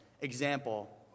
example